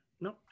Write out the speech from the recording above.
no